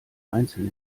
einzeln